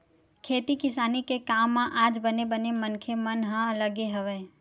खेती किसानी के काम म आज बने बने मनखे मन ह लगे हवय